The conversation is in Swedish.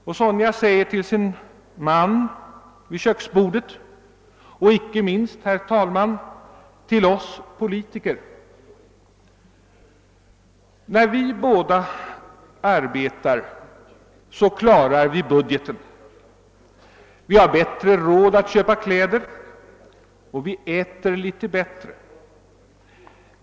Och Sonja säger till sin man vid köksbordet — och icke minst, herr talman, till oss politiker: När vi båda arbetar, så klarar vi budgeten — vi har bättre råd att köpa kläder och vi äter litet bättre.